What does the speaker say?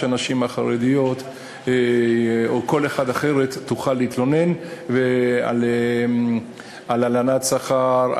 שהנשים החרדיות או כל אחת אחרת יוכלו להתלונן בהם על הלנת שכר,